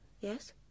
Yes